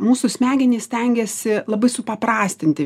mūsų smegenys stengiasi labai supaprastinti